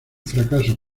fracaso